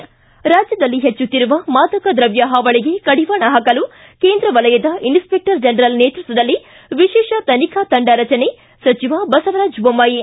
ಿ ರಾಜ್ಯದಲ್ಲಿ ಹೆಚ್ಚುತ್ತಿರುವ ಮಾದಕ ದ್ರವ್ಯ ಹಾವಳಿಗೆ ಕಡಿವಾಣ ಹಾಕಲು ಕೇಂದ್ರ ವಲಯದ ಇನ್ಗೆಪೆಕ್ಟರ್ ಜನರಲ್ ನೇತೃತ್ವದಲ್ಲಿ ವಿಶೇಷ ತನಿಖಾ ತಂಡ ರಚನೆ ಸಚಿವ ಬಸವರಾಜ ಬೊಮ್ಮಾಯಿ